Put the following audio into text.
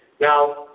Now